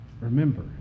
remember